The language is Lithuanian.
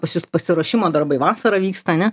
pas jus pasiruošimo darbai vasarą vyksta ane